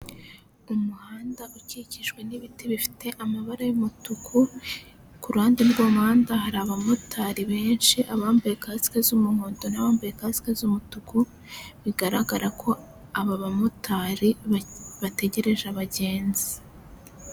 Umuhanda ukikijwe n'ibiti bifite amabara y'umutuku, ku ruhande rw'umuhanda hari abamotari benshi, abambaye kasike z'umuhondo n'abambaye kasike z'umutuku, bigaragara ko aba bamotari bategereje abagenzi.